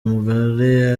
umugore